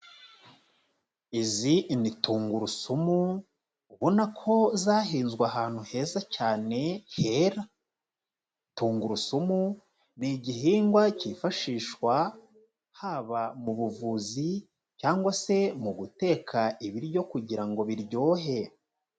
Izi ni tungurusumu ubona ko zahinzwe ahantu heza cyane hera, tungurusumu ni igihingwa cyifashishwa, haba mu buvuzi cyangwa se mu guteka ibiryo kugira ngo biryohe.